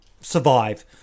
survive